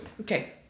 Okay